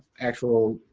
actual